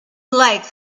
like